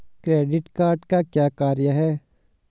Credit card का क्या कार्य है?